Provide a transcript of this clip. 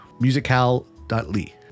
Musical.ly